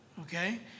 Okay